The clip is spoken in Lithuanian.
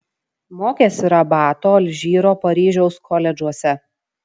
mokėsi rabato alžyro paryžiaus koledžuose